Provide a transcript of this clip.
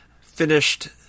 finished